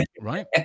right